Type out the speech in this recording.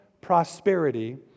prosperity